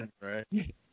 Right